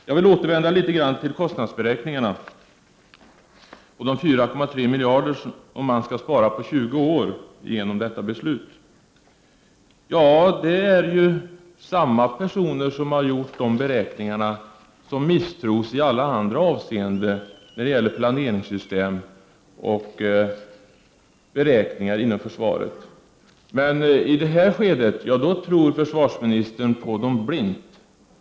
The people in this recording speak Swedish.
Jag vill på nytt ta upp kostnadsberäkningarna och de 4,3 miljarder kronor som man räknar med att kunna spara på 20 år, om förslaget går igenom. Dessa beräkningar har ju gjorts av samma personer som misstros i alla andra avseenden när det gäller planeringssystem och beräkningar inom försvaret. Men i detta skede tror försvarsministern blint på dessa personer.